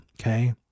Okay